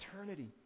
eternity